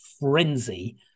frenzy